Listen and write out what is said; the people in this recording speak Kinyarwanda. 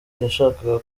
yashakaga